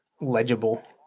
legible